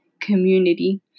community